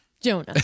Jonah